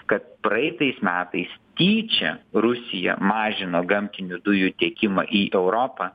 kad praeitais metais tyčia rusija mažino gamtinių dujų tiekimą į europą